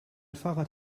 fahrrad